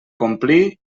complir